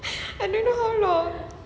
I don't know how long